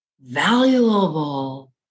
valuable